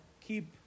keep